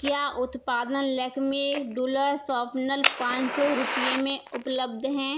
क्या उत्पादन लैक्मे डुलर शार्पनर पाँच सौ रुपये में उपलब्ध हैं